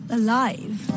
alive